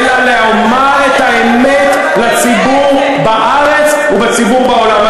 אלא לומר את האמת לציבור בארץ ולציבור בעולם.